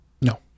No